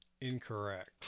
Incorrect